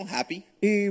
happy